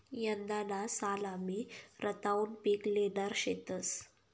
यंदाना साल आमी रताउनं पिक ल्हेणार शेतंस